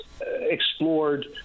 explored